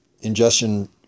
ingestion